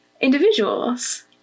individuals